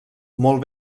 molt